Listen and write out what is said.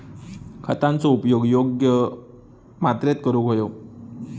खतांचो उपयोग योग्य मात्रेत करूक व्हयो